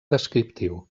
descriptiu